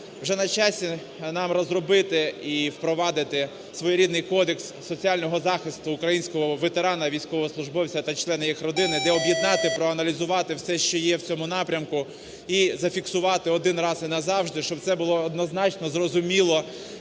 вже на часі нам розробити і впровадити своєрідний кодекс соціального захисту українського ветерана, військовослужбовця та членів їх родини, де об'єднати, проаналізувати все, що є в цьому напрямку, і зафіксувати один раз і назавжди, щоб це було однозначно зрозуміло.